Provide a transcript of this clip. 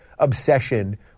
obsession